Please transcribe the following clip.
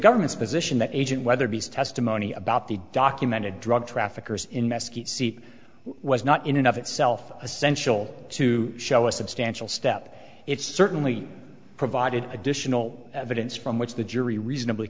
government's position that agent whether b s testimony about the documented drug traffickers in mesquite seat was not in and of itself essential to show a substantial step it's certainly provided additional evidence from which the jury reasonably